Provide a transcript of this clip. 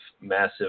massive